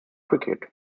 cricket